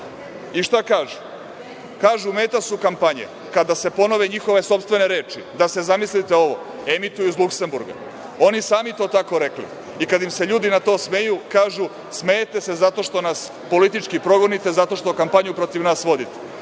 Šta kažu? Kažu, meta su kampanje, kada se ponove njihove sopstvene reči da se, zamislite ovo, emituju iz Luksemburga. Oni sami su to tako rekli. Kada im se ljudi na to smeju, kažu – smejete se zato što nas politički progonite, zato što kampanju protiv nas vodite.